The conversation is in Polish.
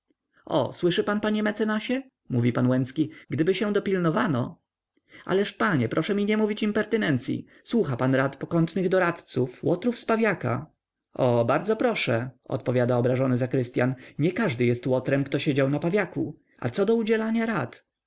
o słyszy pan panie mecenasie mówi pan łęcki gdyby się dopilnowano ależ panie proszę mi nie mówić impertynencyi słucha pan rad pokątnych doradców łotrów z pawiaka o bardzo proszę odpowiada obrażony zakrystyan nie każdy jest łotrem kto siedział na pawiaku a co do udzielania rad